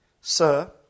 Sir